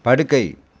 படுக்கை